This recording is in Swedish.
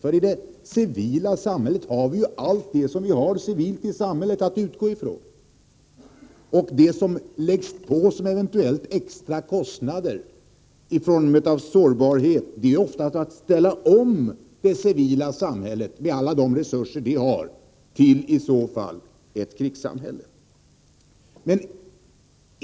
I det civila samhället har vi allt det som är civilt att utgå ifrån. Vad som läggs på som eventuella extra kostnader för att minska sårbarheten innebär oftast att man skall ställa om det civila samhället, med alla de resurser det har, till ett krigssamhälle.